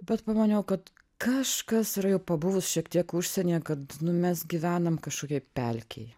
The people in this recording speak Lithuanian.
bet pamaniau kad kažkas yra jau pabuvus šiek tiek užsienyje kad mes gyvenam kažkokioj pelkėj